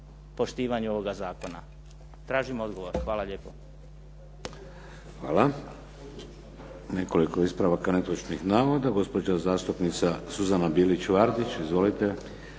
poštivanju ovoga zakona? Tražim odgovor. Hvala lijepo.